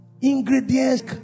ingredients